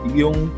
yung